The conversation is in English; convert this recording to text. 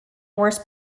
worst